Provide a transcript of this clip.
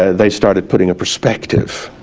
ah they started putting a perspective